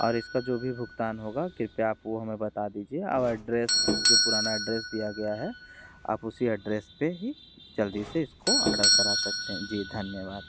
और इसका जो भी भुगतान होगा कृपया आप वो हमें बता दीजिए अब एड्रेस जो पुराना एड्रेस दिया गया है आप उसी एड्रेस पर ही जल्दी से इसको आर्डर करा सकतें जी धन्यवाद